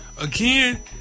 again